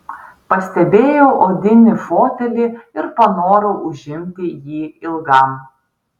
pastebėjau odinį fotelį ir panorau užimti jį ilgam